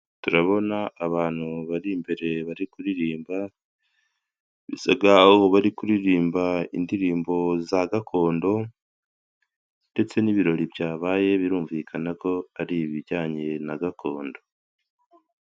Turabona abantu bari imbere bari kuririmba. Bisa nkaho bari kuririmba indirimbo za gakondo. Ndetse n'ibirori byabaye birumvikana ko ari ibijyanye na gakondo.